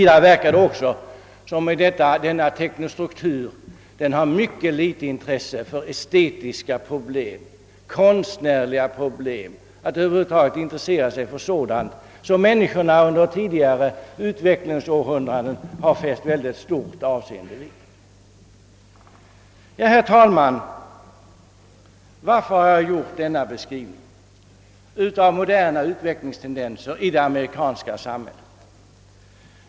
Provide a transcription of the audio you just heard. Det verkar också som om denna teknostruktur har mycket litet intresse för estetiska och konstnärliga spörsmål och över huvud taget för sådant, som människorna under tidigare århundraden av utveckling har fäst mycket stort avseende vid. Herr talman! Varför har jag gjort denna beskrivning av moderna utvecklingstendenser i det amerikanska samhället?